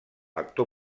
actor